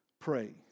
pray